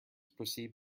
perceived